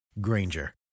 Granger